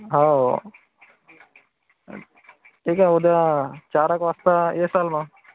हाव ठीक आहे उद्या चारेक वाजता येसाल मग